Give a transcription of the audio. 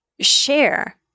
share